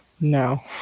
no